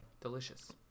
delicious